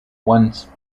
once